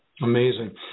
Amazing